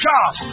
God